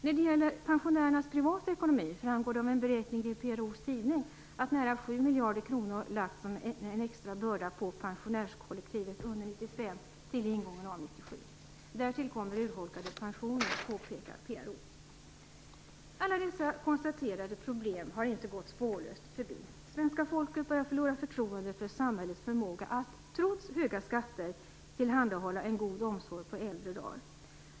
När det gäller pensionärernas privata ekonomi framgår det av en beräkning i PRO:s tidning att nära 7 miljarder kronor lagts som en extra börda på pensionärskollektivet under 1995 till ingången av 1997. Därtill kommer urholkade pensioner, påpekar PRO. Alla dessa konstaterade problem har inte gått spårlöst förbi. Svenska folket börjar förlora förtroendet för samhällets förmåga att - trots höga skatter - tillhandahålla en god omsorg för äldre människor.